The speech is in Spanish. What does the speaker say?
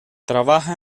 trabaja